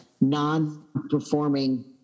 non-performing